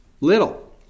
little